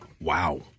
wow